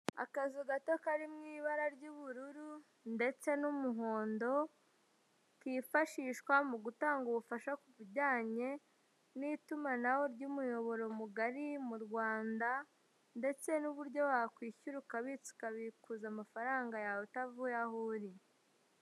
Akazu gato kari mu ibara ry'ubururu ndetse n'umuhondo, kifashishwa mu gutanga ubufasha ku bijyanye n'itumanaho ry'umuyoboro mugari mu Rwanda, ndetse n'uburyo wakwishyura, ukabitsa, ukabikuza amafaranga yawe utavuye aho uri.